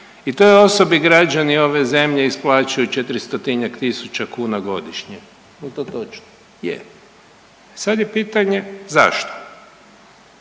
i toj osobi građani ove zemlje isplaćuju 400-njak tisuća kuna godišnje. Jel' to točno? Je. Sada je pitanje zašto?